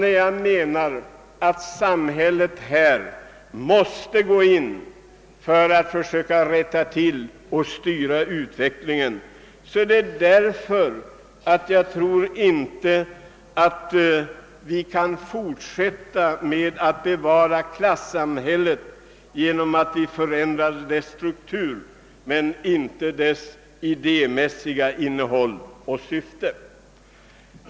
När jag menar att samhället här måste gå in och försöka styra utvecklingen i rätt riktning, så är det därför att jag inte tror att vi kan fortsätta med att bevara klassamhället genom att förändra dess struktur men inte dess idémässiga innehåll och syfte.